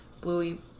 bluey